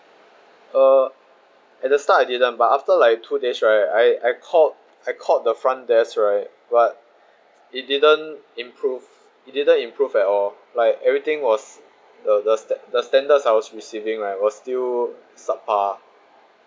uh at the start I didn't but after like two days right I I called I called the front desk right but it didn't improve it didn't improve at all like everything was the the stand~ the standards I was receiving right was still sub par